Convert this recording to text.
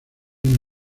una